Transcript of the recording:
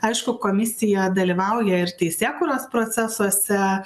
aišku komisija dalyvauja ir teisėkūros procesuose